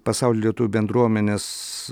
pasaulio lietuvių bendruomenės